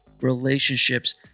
relationships